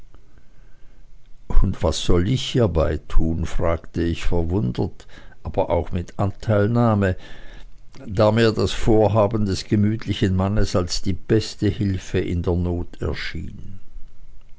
und was soll ich hiebei tun fragte ich verwundert aber auch mit teilnahme da mir das vorhaben des gemütlichen mannes als die beste hilfe in der not erschien